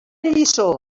lliçó